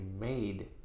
made